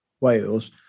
Wales